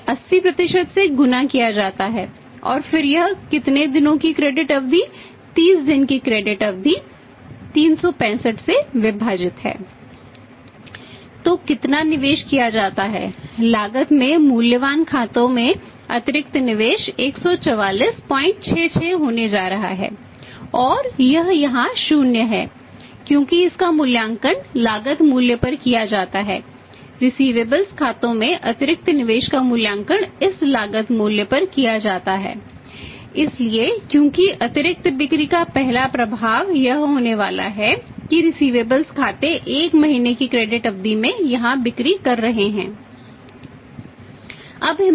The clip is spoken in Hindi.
तो कितना निवेश किया जाता है लागत में मूल्यवान खातों में अतिरिक्त निवेश 14466 होने जा रहा है और यह यहाँ शून्य है क्योंकि इसका मूल्यांकन लागत मूल्य पर किया जाता है रिसिवेबल्स अवधि में यहां बिक्री कर रहे हैं